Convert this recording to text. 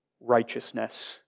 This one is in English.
Righteousness